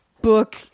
book